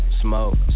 smoke